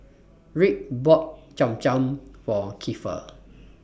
Rick bought Cham Cham For Keifer